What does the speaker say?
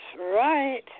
right